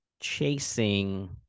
chasing